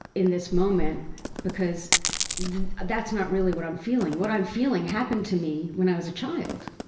in this moment because that's not really what i'm feeling. what i'm feeling happened to me when i was a child.